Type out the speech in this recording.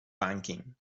banking